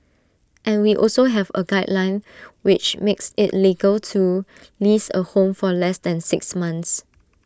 and we also have A guideline which makes IT legal to lease A home for less than six months